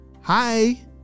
Hi